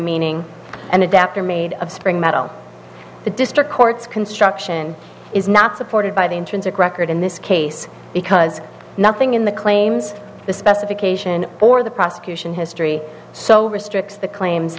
meaning an adapter made of spring metal the district court's construction is not supported by the intrinsic record in this case because nothing in the claims the specification or the prosecution history so restricts the claims